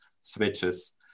switches